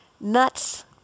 nuts